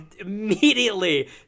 immediately